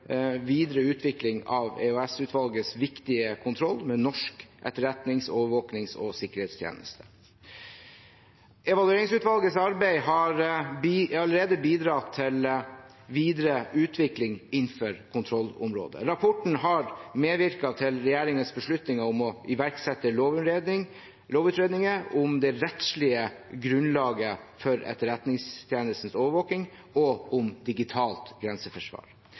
videre utvikling av EOS-utvalgets viktige kontroll med norsk etterretnings-, overvåkings- og sikkerhetstjeneste. Evalueringsutvalgets arbeid har allerede bidratt til videre utvikling innenfor kontrollområdet. Rapporten har medvirket til regjeringens beslutning om å iverksette lovutredninger om det rettslige grunnlaget for Etterretningstjenestens overvåking og om digitalt grenseforsvar.